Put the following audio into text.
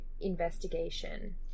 investigation